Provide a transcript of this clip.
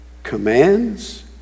commands